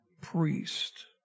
priest